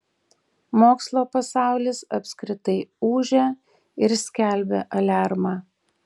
mokslo pasaulis apskritai ūžia ir skelbia aliarmą